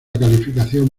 calificación